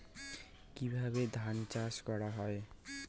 কিভাবে ধান চাষ করা হয়?